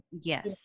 Yes